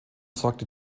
sorgte